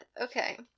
Okay